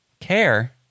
care